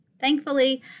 Thankfully